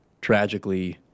tragically